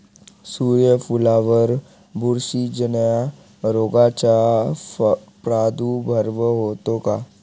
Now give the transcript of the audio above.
सूर्यफुलावर बुरशीजन्य रोगाचा प्रादुर्भाव होतो का?